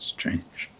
Strange